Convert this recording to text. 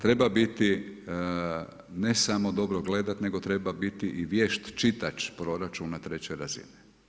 Treba biti ne samo dobro gledati, nego treba biti i vješt čitač proračuna treće razine.